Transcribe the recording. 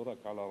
לא רק על ערבים,